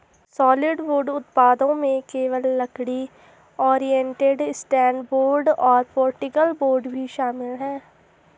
solid wood उत्पादों में केवल लकड़ी, ओरिएंटेड स्ट्रैंड बोर्ड और पार्टिकल बोर्ड भी शामिल है